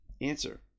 Answer